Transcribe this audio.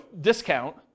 discount